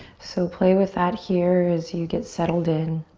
so play with that here as you get settled in.